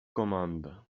comanda